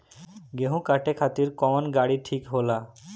गेहूं काटे खातिर कौन गाड़ी ठीक होला?